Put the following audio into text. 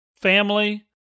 family